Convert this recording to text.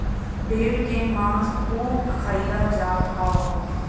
भेड़ के मांस खूब खाईल जात हव